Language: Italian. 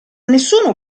nessuno